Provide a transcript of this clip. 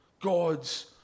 God's